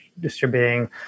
distributing